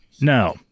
Now